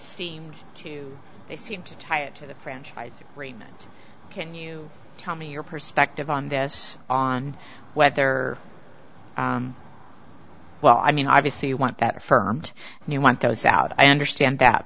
seemed to they seemed to tie it to the franchise agreement can you tell me your perspective on this on whether well i mean obviously you want that affirmed and you want that is out i understand that